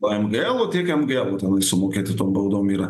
mglų tiek mglų tenai sumokėti tom baudom yra